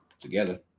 together